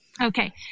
Okay